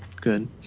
good